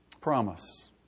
Promise